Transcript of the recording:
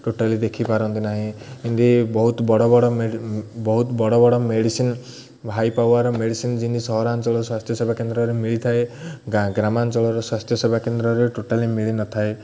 totally ଦେଖିପାରନ୍ତି ନାହିଁ ଏମିତି ବହୁତ ବଡ଼ ବଡ଼ ବହୁତ ବଡ଼ ବଡ଼ ମେଡ଼ିସିନ୍ ହାଇ ପାୱାର୍ ମେଡ଼ିସିନ୍ ଜିନି ସହରାଞ୍ଚଳର ସ୍ୱାସ୍ଥ୍ୟ ସେବା କେନ୍ଦ୍ରରେ ମିଳିଥାଏ ଗ୍ରାମାଞ୍ଚଳର ସ୍ୱାସ୍ଥ୍ୟ ସେବା କେନ୍ଦ୍ରରେ ଟୋଟାଲି ମିଳିନଥାଏ